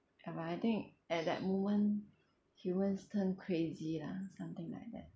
ya but I think at that moment humans turn crazy lah something like that